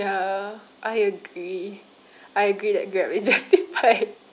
ya I agree I agree that Grab is justified